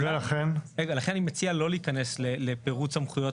ולכן אני מציע לא להיכנס לפירוט סמכויות,